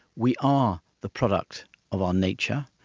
we are the product of our nature,